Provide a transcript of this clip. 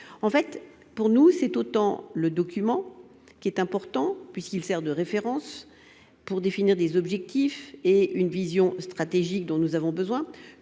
en fait pour nous c'est autant le document qui est important puisqu'il sert de référence pour définir des objectifs et une vision stratégique dont nous avons besoin